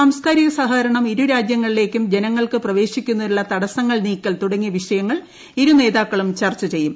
സാംസ്കാരിക സഹകരണം ഇരു രാജ്യങ്ങളിലേയ്ക്കും ജനങ്ങൾക്ക് പ്രവേശിക്കുന്നതിനുള്ള തടസങ്ങൾ നീക്കൽ തുടങ്ങിയ വിഷയങ്ങൾ ഇരു നേതാക്കളും ചർച്ച ചെയ്യും